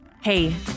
Hey